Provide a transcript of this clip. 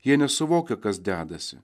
jie nesuvokia kas dedasi